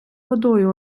водою